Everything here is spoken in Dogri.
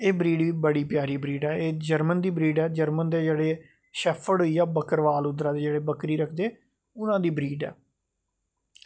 एह् बी बड़ा प्यारी ब्रीड एह् बी जर्मन दी ब्रीड शैफर्ड होईया बकरबाली जेह्ड़े बक्करी रखदे उद्धरा दे उना दी ब्रीड ऐ